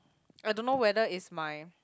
I don't know whether it's my